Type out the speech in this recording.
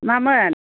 मामोन